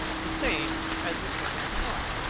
the same as the canons of art.